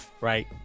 right